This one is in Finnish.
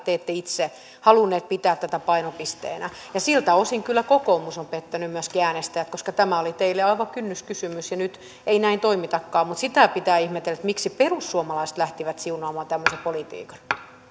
te ette itse halunneet pitää tätä painopisteenä siltä osin kyllä kokoomus on pettänyt myöskin äänestäjät koska tämä oli teille aivan kynnyskysymys ja nyt ei näin toimitakaan mutta sitä pitää ihmetellä miksi perussuomalaiset lähtivät siunaamaan tämmöisen politiikan